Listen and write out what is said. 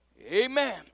Amen